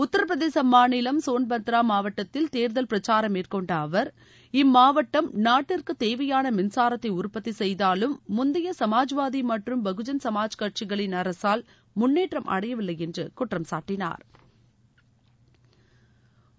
உத்தரப்பிரதேச மாநிலம் சோன்பத்ரா மாவட்டத்தில் தேர்தல் பிரச்சாரம் மேற்கொண்ட அவர் இம்மாவட்டம் நாட்டிற்கு தேவையான மின்சாரத்தை உற்பத்தி செய்தாலும் முந்தைய சமாஜ்வாதி மற்றும் பகுஜன் சமாஜ் கட்சிகளின் அரசால் முன்னேற்றம் அடையவில்லை என்று குற்றம் சாட்டினாா்